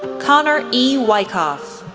connor e. wyckoff,